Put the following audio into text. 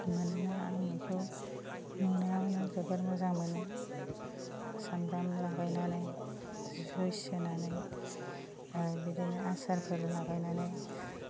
मानोना आं बेखौ नुनायावनो गोबां मोजां मोनो सामब्राम लागायनानै होसिनानै बा बिदिनो आसारफोर लागायनानै